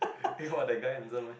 eh !wah! the guy handsome meh